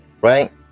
right